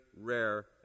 rare